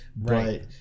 right